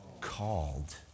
called